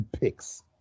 picks